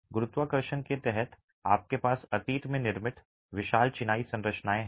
गुरुत्वाकर्षण के तहत आपके पास अतीत में निर्मित विशाल चिनाई संरचनाएं हैं